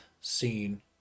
scene